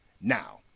Now